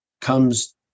comes